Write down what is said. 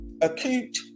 acute